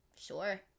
sure